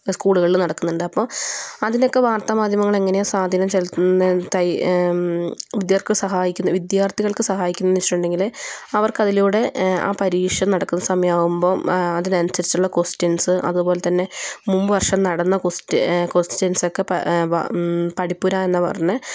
സ്കൂളുകളിൽ നടക്കുന്നുണ്ട് അപ്പം അതിനൊക്കേ വാർത്ത മാധ്യമങ്ങൾ എങ്ങനെയാണ് സ്വാധീനം ചെലുത്തുന്നത് എന്ന് തൈ വിദ്യർക്ക് സഹായി വിദ്യാർത്ഥികൾക്ക് സഹായിക്കുന്നത് എന്നുവെച്ചിട്ടുണ്ടെങ്കിൽ അവർക്കതിലൂടെ ആ പരീക്ഷ നടക്കുന്ന സമയമാകുമ്പം അതിനനുസരിച്ചുള്ള ക്വസ്റ്റ്യൻസ് അതുപോലെ തന്നേ മുമ്പ് വർഷം നടന്ന ക്വസ്റ്റ്യ ക്വസ്റ്റ്യൻസ് പടിപ്പുര എന്ന് പറഞ്ഞ്